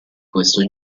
questo